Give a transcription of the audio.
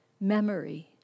memory